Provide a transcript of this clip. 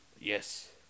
Yes